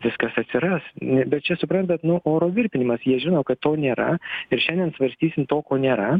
viskas atsiras ne bet čia suprantat nu oro virpinimas jie žino kad to nėra ir šiandien svarstysim to ko nėra